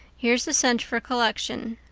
here's a cent for collection.